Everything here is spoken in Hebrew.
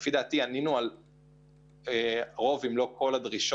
לפי דעתי ענינו על רוב הדרישות